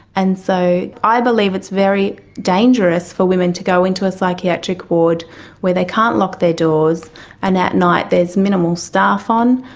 and so i believe it's very dangerous for women to go into a psychiatric ward where they can't lock their doors and at night there is minimal staff on,